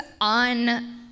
on